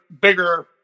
bigger